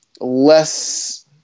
less